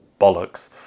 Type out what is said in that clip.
bollocks